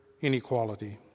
inequality